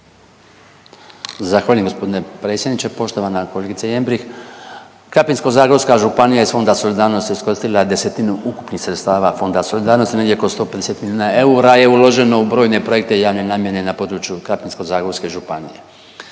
Zahvaljujem gospodine predsjedniče. Poštovana kolegice Jembrih Krapinsko-zagorska županija je iz Fonda solidarnosti iskoristila desetinu ukupnih sredstava Fonda solidarnosti, negdje oko 150 milijuna eura je uloženo u brojne projekte javne namjene na području Krapinsko-zagorske županije.